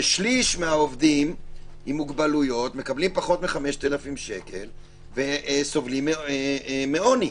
ששליש מהעובדים עם מוגבלויות מקבלים פחות מ-5,000 שקל וסובלים מעוני.